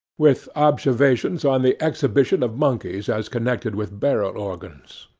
with observations on the exhibition of monkeys as connected with barrel-organs.